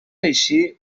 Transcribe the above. així